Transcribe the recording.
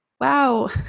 wow